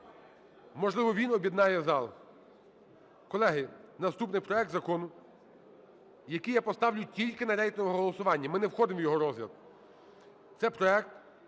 можливо, він об'єднає зал. Колеги, наступний проект закону, який я поставлю тільки на рейтингове голосування, ми не входимо в його розгляд, це проект